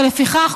ולפיכך,